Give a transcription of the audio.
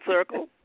circle